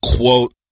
Quote